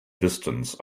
distance